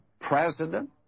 president